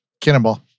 Cannonball